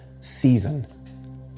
season